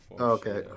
okay